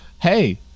Hey